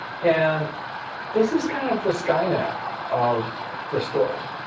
and this is kind of the skynet of the story.